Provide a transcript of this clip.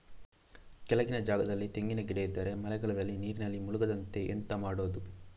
ಕೆಳಗಿನ ಜಾಗದಲ್ಲಿ ತೆಂಗಿನ ಗಿಡ ಇದ್ದರೆ ಮಳೆಗಾಲದಲ್ಲಿ ನೀರಿನಲ್ಲಿ ಮುಳುಗದಂತೆ ಎಂತ ಮಾಡೋದು?